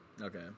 Okay